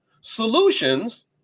Solutions